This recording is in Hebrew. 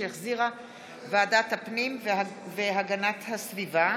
שהחזירה ועדת הפנים והגנת הסביבה,